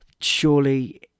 surely